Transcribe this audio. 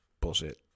Bullshit